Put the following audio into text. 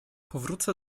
powrócę